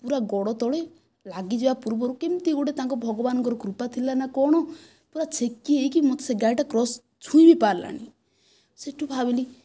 ପୁରା ଗୋଡ଼ ତଳେ ଲାଗିଯିବା ପୂର୍ବରୁ କେମିତି ଗୋଟିଏ ତାଙ୍କ ଭଗବାନଙ୍କର କୃପା ଥିଲା ନା କଣ ପୁରା ଛେକି ହୋଇକି ମୋତେ ସେ ଗାଡ଼ିଟା କ୍ରସ ଛୁଇଁବି ପାରିଲାନି ସେଇଠୁ ଭାବିଲି